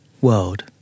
world